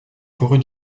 corée